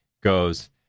goes